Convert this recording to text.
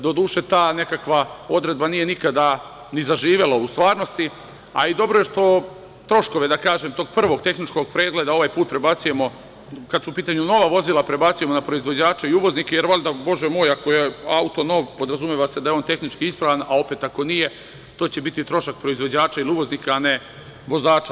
Doduše, ta odredba nije nikada ni zaživela u stvarnosti, a i dobro je što troškove tog prvog tehničkog pregleda ovaj put prebacujemo, kada su u pitanju nova vozila, na proizvođače i uvoznike, jer onda, Bože moj, ako je auto nov, podrazumeva se da je on tehnički ispravan, a, opet, ako nije, to će biti trošak proizvođača ili uvoznika, a ne vozača.